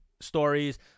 stories